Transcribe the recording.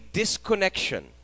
disconnection